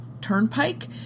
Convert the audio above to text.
turnpike